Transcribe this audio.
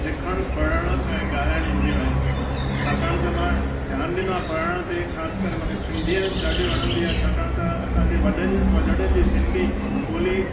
लिखणु पढ़णु ऐं ॻाल्हाइणु ईंदियूं आहिनि छाकाणि त मां ध्यानु ॾींदो आहियां पढ़णु ते ख़ासिकर मूंखे सिंधी ॾाढी वणंदी आहे छाकाणि त असांजे वॾनि वॾड़नि जी सिंधी ॿोली